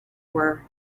were